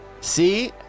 See